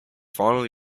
final